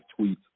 tweets